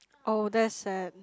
oh that's sad